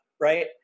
right